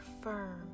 firm